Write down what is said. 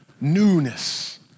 newness